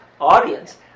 audience